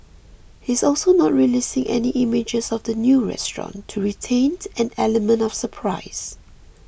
he's also not releasing any images of the new restaurant to retain an element of surprise